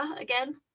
again